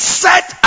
set